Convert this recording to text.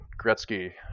Gretzky